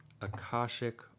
Akashic